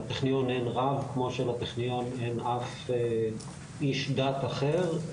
לטכניון אין רב, כמו שלטכניון אין אף איש דת אחר.